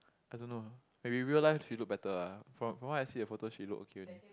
I don't know maybe real life she look better ah from from what I see the photo she look okay only